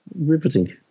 Riveting